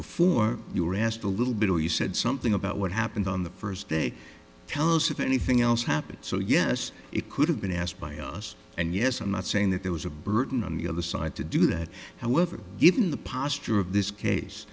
before you were asked a little bit or you said something about what happened on the first day tell us if anything else happened so yes it could have been asked by us and yes i'm not saying that there was a burden on the other side to do that however given the posture of this case